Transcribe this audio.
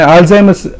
Alzheimer's